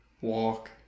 Walk